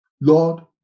Lord